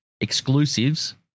exclusives